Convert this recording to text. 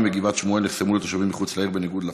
בגבעת שמואל נחסמו לתושבים מחוץ לעיר בניגוד לחוק,